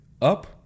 up